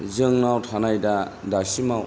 जोंनाव थानाय दा दासिमाव